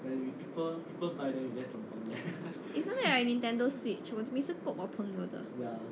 nintendo switch 我每次 borrow 我朋友的